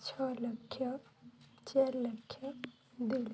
ଛଅ ଲକ୍ଷ ଚାରି ଲକ୍ଷ ଦୁଇ ଲକ୍ଷ